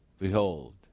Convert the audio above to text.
behold